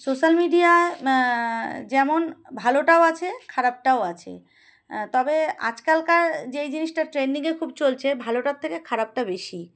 social media যেমন ভালোটাও আছে খারাপটাও আছে তবে আজকালকার যেই জিনিসটা ট্রেন্ডিংয়ে খুব চলছে ভালোটার থেকে খারাপটা বেশি